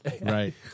Right